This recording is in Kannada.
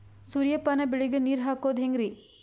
ಸೂರ್ಯಪಾನ ಬೆಳಿಗ ನೀರ್ ಹಾಕೋದ ಹೆಂಗರಿ?